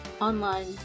online